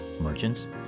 merchants